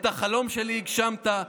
את החלום שלי הגשמת,